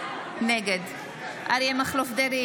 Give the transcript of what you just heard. נגד אריה מכלוף דרעי,